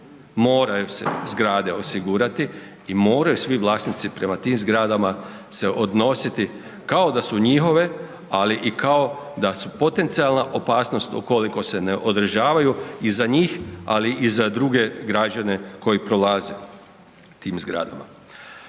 moraju se zgrade osigurati i moraju svi vlasnici prema tim zgradama se odnositi kao da su njihove, ali i kao da su potencijalna opasnost ukoliko se ne održavaju i za njih, ali i za druge građane koji prolaze tim zgradama.